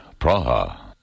Praha